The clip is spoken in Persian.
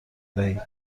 دهید